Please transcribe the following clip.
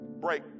break